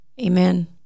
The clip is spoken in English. amen